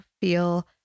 feel